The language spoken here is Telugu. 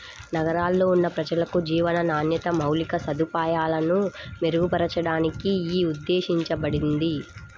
నగరాల్లో ఉన్న ప్రజలకు జీవన నాణ్యత, మౌలిక సదుపాయాలను మెరుగుపరచడానికి యీ ఉద్దేశించబడింది